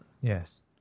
Yes